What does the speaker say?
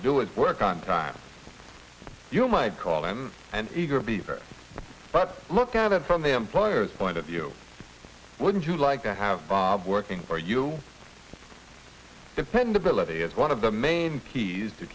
and do it work on time you might call him and eager beaver but look at it from the employer's point of view wouldn't you like to have working for you dependability is one of the main keys to